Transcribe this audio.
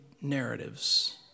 narratives